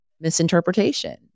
misinterpretation